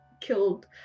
killed